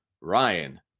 Ryan